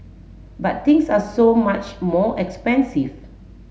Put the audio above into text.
but things are so much more expensive